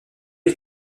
les